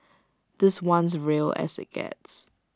this one's real as IT gets